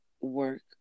work